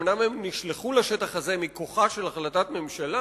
אומנם הם נשלחו לשטח הזה מכוחה של החלטת ממשלה,